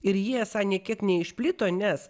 ir jie esą nė kiek neišplito nes